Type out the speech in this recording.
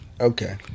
Okay